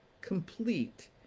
complete